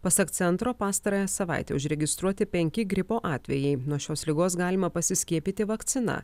pasak centro pastarąją savaitę užregistruoti penki gripo atvejai nuo šios ligos galima pasiskiepyti vakcina